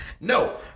No